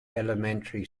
elementary